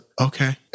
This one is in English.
okay